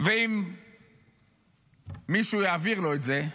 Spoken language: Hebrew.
ואם מישהו יעביר לו את זה,